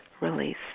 release